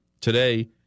Today